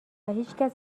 هیچکس